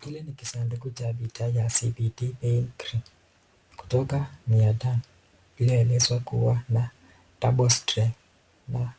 Hili ni kisanduku cha vita ya CBD Pain Cream kutoka Medterra . Ili elezwa kuwa na double strenght na